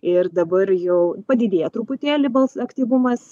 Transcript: ir dabar jau padidėja truputėlį bals aktyvumas